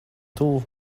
tuvu